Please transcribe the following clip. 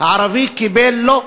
הערבי קיבל "לא":